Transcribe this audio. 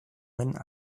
den